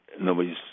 Nobody's